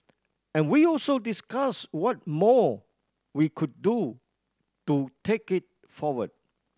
and we also discussed what more we could do to take it forward